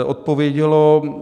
Odpovědělo